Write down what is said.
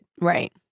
Right